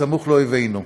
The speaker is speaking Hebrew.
סמוך לאויבינו.